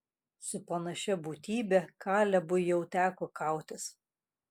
su panašia būtybe kalebui jau teko kautis